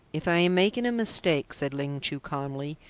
if i am making a mistake, said ling chu calmly,